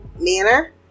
manner